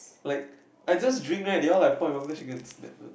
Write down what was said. like I just drink right they all like point at one place against my turn like